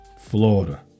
Florida